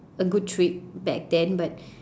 a good trip back then but